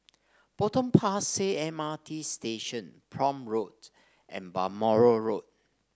Potong Pasir M R T Station Prome Road and Balmoral Road